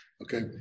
Okay